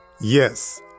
Yes